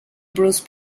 bruce